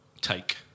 take